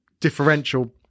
differential